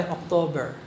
October